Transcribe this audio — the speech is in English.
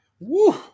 Woo